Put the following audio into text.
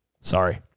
Sorry